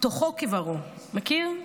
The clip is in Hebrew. תוכו כברו, מכיר?